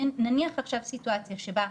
נניח עכשיו סיטואציה שבה,